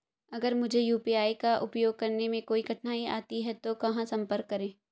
अगर मुझे यू.पी.आई का उपयोग करने में कोई कठिनाई आती है तो कहां संपर्क करें?